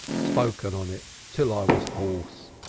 spoken on it till i was hoarse,